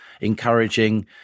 encouraging